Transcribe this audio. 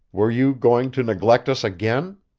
were you going to neglect us again?